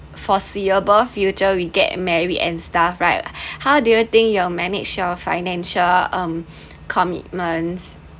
foreseeable future we get married and stuff right how do you think you manage your financial um commitments